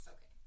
Okay